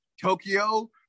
Tokyo